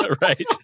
Right